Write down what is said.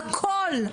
הכל.